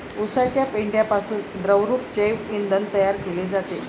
उसाच्या पेंढ्यापासून द्रवरूप जैव इंधन तयार केले जाते